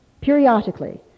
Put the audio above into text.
periodically